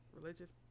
religious